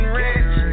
rich